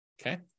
Okay